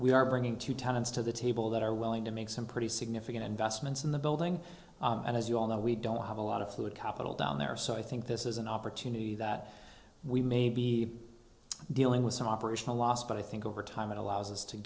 we are bringing two tenants to the table that are willing to make some pretty significant investments in the building and as you all know we don't have a lot of fluid capital down there so i think this is an opportunity that we may be dealing with some operational loss but i think over time it allows us to